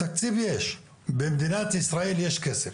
תקציב יש, במדינת ישראל יש כסף,